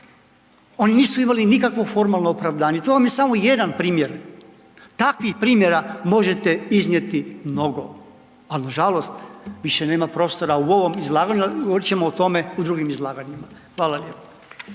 oni nisu imali nikakvo formalno opravdanje. To vam je samo jedan primjer. Takvih primjera možete iznijeti mnogo, al nažalost više nema prostora u ovom izlaganju, ali